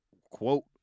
quote